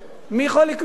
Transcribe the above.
מי יכול לקנות את זה?